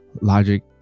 logic